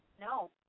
No